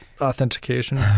authentication